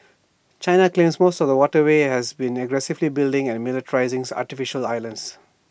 China claims most of the waterway and has been aggressively building and militarising artificial islands